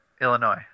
Illinois